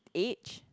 age